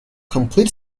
complete